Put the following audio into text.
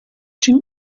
чим